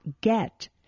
get